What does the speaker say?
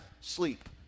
sleep